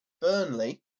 Burnley